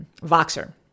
Voxer